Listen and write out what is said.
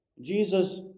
Jesus